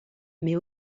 mais